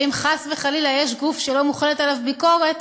ואם חס וחלילה יש גוף שלא מוחלת עליו ביקורת,